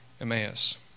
Emmaus